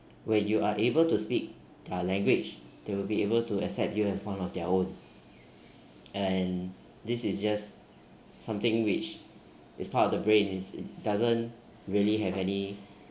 when you are able to speak their language they will be able to accept you as one of their own and this is just something which is part of the brain is it doesn't really have any